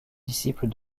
disciple